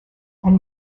and